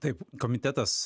taip komitetas